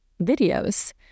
videos